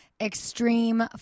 extreme